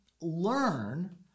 learn